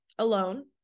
alone